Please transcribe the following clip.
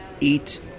eat